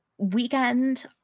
Weekend